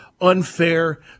unfair